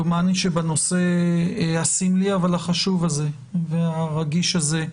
דומני שבנושא הסמלי, אבל החשוב הזה והרגיש הזה,